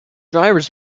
drivers